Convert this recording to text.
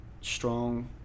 Strong